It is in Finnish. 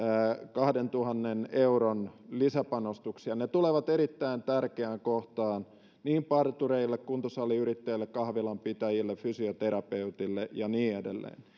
kahdentuhannen euron lisäpanostuksia ne ne tulevat erittäin tärkeään kohtaan niin partureille kuntosaliyrittäjille kahvilanpitäjille kuin fysioterapeuteille ja niin edelleen